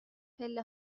پله